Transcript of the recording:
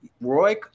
Roy